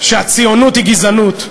שהציונות היא גזענות.